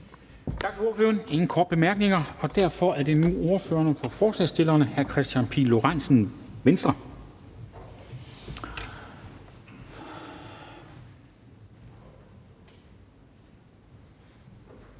Tak til ordføreren. Der er ingen korte bemærkninger, og derfor er det nu ordføreren for forslagsstillerne, hr. Kristian Pihl Lorentzen, Venstre.